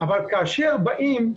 אבל כאשר באים,